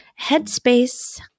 Headspace